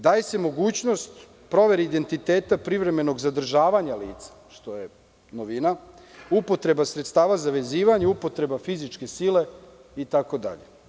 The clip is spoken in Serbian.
Daje se mogućnost provere identiteta, privremenog zadržavanja ovih lica, što je novina, upotreba sredstava za vezivanje, upotreba fizičke sile itd.